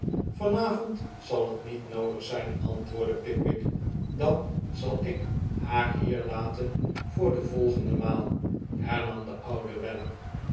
avond zal het niet noodig zijn antwoordde pickwick dan zal ik haar hier laten voor de volgende maal hernam deoude weller